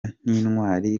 ntitwari